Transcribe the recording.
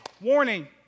Warning